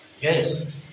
Yes